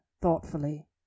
thoughtfully